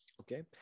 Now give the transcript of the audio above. Okay